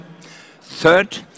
Third